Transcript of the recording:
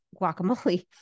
guacamole